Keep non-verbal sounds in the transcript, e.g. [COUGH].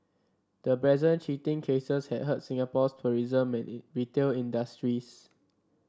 the brazen cheating cases had hurt Singapore's tourism may [UNINTELLIGIBLE] retail industries